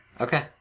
Okay